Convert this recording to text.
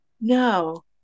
no